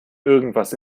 irgendwas